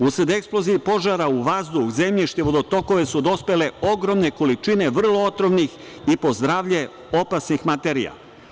Usled eksplozije i požara u vazduh, zemljište i vodotokove su dospele ogromne količine vrlo otrovnih i po zdravlje opasnih materija.